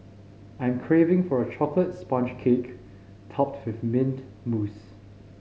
I am craving for a chocolate sponge cake topped with mint mousse